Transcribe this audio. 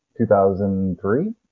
2003